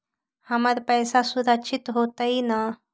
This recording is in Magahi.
हमर पईसा सुरक्षित होतई न?